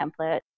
template